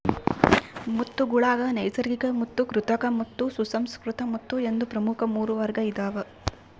ಮುತ್ತುಗುಳಾಗ ನೈಸರ್ಗಿಕಮುತ್ತು ಕೃತಕಮುತ್ತು ಸುಸಂಸ್ಕೃತ ಮುತ್ತು ಎಂದು ಪ್ರಮುಖ ಮೂರು ವರ್ಗ ಇದಾವ